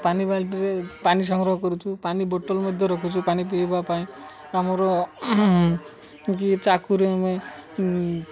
ପାଣି ବାଲ୍ଟିରେ ପାଣି ସଂଗ୍ରହ କରୁଛୁ ପାଣି ବୋଟଲ୍ ମଧ୍ୟ ରଖୁଛୁ ପାଣି ପିଇବା ପାଇଁ ଆମର କି ଚାକୁରେ ଆମେ